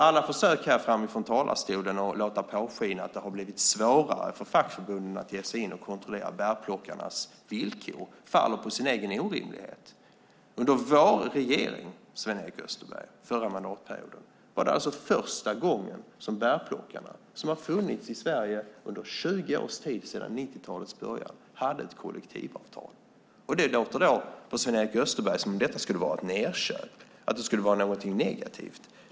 Alla försök att från talarstolen här låta påskina att det har blivit svårare för fackförbunden att ge sig in och kontrollera bärplockarnas villkor faller på sin egen orimlighet. Under vår regering, Sven-Erik Österberg, förra mandatperioden var det alltså första gången bärplockarna, som har funnits i Sverige under 20 års tid sedan 90-talets början, hade ett kollektivavtal. Det låter på Sven-Erik Österberg som att detta skulle vara ett nedköp, att det skulle vara någonting negativt.